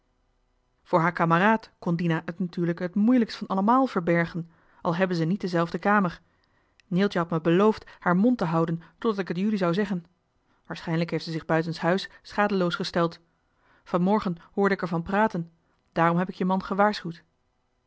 voor haar kameraad kon dina t natuurlijk het moeilijkst van allemaal verbergen al hebben ze niet johan de meester de zonde in het deftige dorp dezelfde kamer neeltje had me beloofd haar mond te houden totdat ik het jullie zou zeggen waarschijnlijk heeft ze toen haar babbelzucht buitenshuis schadeloos gesteld vanmorgen hoorde ik ervan praten daarom heb ik je man gewaarschuwd